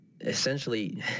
Essentially